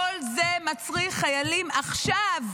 כל זה מצריך חיילים עכשיו,